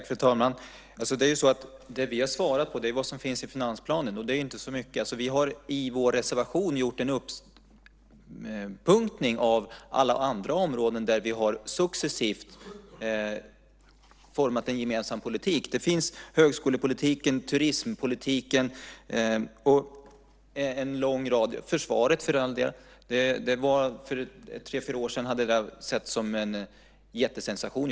Fru talman! Det vi har svarat på är vad som finns i finansplanen, och det är inte så mycket. Vi har i vår reservation gjort en uppunktning av alla andra områden som vi successivt har format en gemensam politik på. Det finns högskolepolitiken, turismpolitiken och en lång rad andra saker. Det finns försvaret, för all del. För tre fyra år sedan hade det setts som en jättesensation.